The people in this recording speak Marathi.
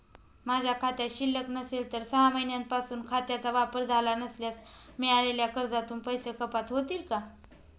माझ्या खात्यात शिल्लक नसेल आणि सहा महिन्यांपासून खात्याचा वापर झाला नसल्यास मिळालेल्या कर्जातून पैसे कपात होतील का?